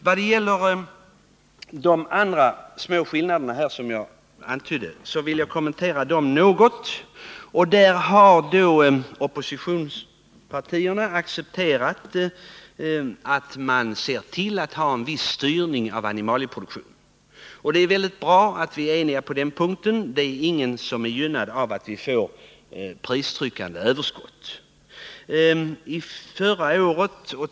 Jag vill också något kommentera de små skillnader som jag antydde. Oppositionspartierna har accepterat att man ser till att ha en viss styrning av animalieproduktionen. Det är väldigt bra att vi är eniga på den punkten. Ingen är gynnad av att vi får ett pristryckande överskott.